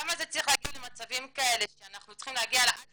למה זה צריך להגיע למצבים כאלה שאנחנו צריכים להגיע עד